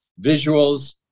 visuals